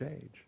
age